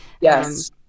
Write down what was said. Yes